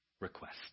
request